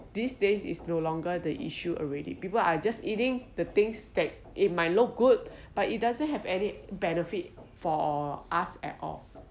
these days it's no longer the issue already people are just eating the things that it might look good but it doesn't have any benefit for us at all